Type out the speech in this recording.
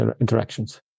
interactions